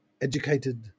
educated